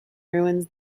ruins